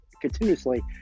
continuously